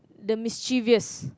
the mischievous